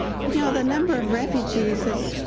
you know, the number of refugees has,